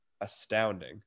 Astounding